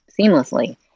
seamlessly